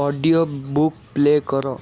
audio book play କର